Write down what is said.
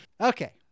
Okay